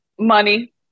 money